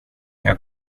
jag